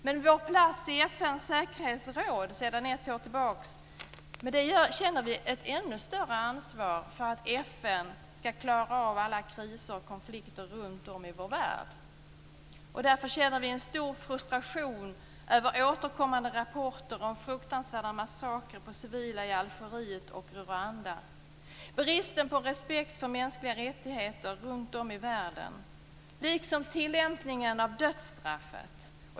Med vår plats i FN:s säkerhetsråd sedan ett år tillbaka känner vi ett ännu större ansvar för att FN skall klara av alla kriser och konflikter runtom i vår värld. Därför känner vi en stor frustration över återkommande rapporter om fruktansvärda massakrer på civila i Algeriet och Rwanda, bristen på respekt för mänskliga rättigheter runtom i världen liksom tilllämpningarna av dödsstraffet.